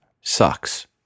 Sucks